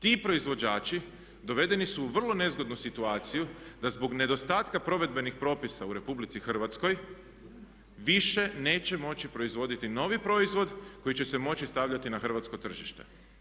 Ti proizvođači dovedeni su u vrlo nezgodnu situaciju da zbog nedostatka provedbenih propisa u RH više neće moći proizvoditi novi proizvod koji će se moći stavljati na hrvatsko tržište.